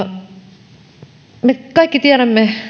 me kaikki tiedämme